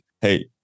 hey